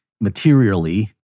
materially